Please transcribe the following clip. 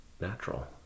natural